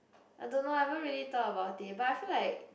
I don't know I haven't really thought about it but I feel like